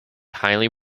highly